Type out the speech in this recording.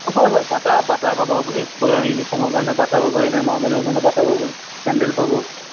হয় হয় Bata Bata পাব আপুনি স্কুলৰ ইউনিফৰ্মৰ কাৰণে বাটা পাব এনেই নৰ্মেলিও কাৰণে বাটা পাব চেণ্ডেল পাব